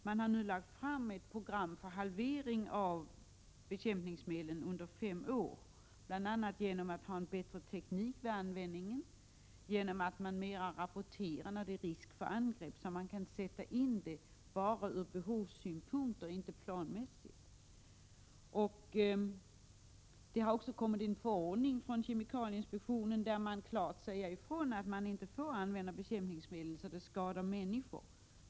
Man har nu lagt fram ett program för halvering av bekämpningsmedel under fem år, bl.a. genom att tillämpa en bättre teknik vid användningen och en bättre rapportering när risk för angrepp föreligger, så att man kan sätta in bekämpningsmedel bara ur behovssynpunkt och inte planmässigt. Kemikalieiinspektionen har också utfärdat en förordning, där det klart sägs ifrån att man inte får använda bekämpningsmedel så att de skadar människor.